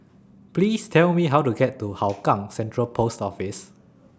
Please Tell Me How to get to Hougang Central Post Office